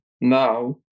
now